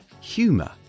humour